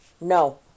No